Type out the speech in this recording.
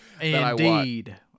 Indeed